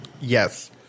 Yes